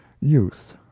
youth